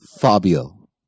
Fabio